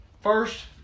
first